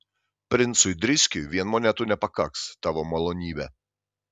princui driskiui vien monetų nepakaks tavo malonybe